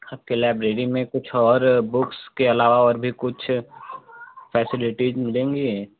आपकी लाइब्रेरी में कुछ और बुक्स के अलावा और भी कुछ फैसिलिटीज मिलेंगी